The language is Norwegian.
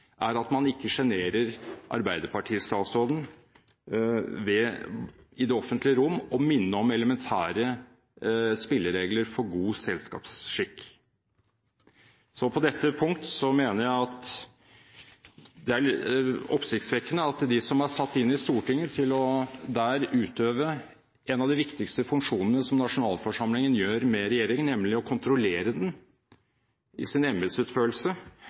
er at man ikke sjenerer arbeiderpartistatsråden ved i det offentlige rom å minne om elementære spilleregler for god selskapsskikk. På dette punkt mener jeg det er oppsiktsvekkende at de som er satt inn i Stortinget til der å utøve en av de viktigste funksjonene som nasjonalforsamlingen gjør med regjeringen, nemlig å kontrollere den i sin